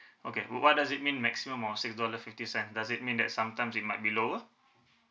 okay what does it mean maximum of six dollar fifty cent does it mean that sometimes it might be lower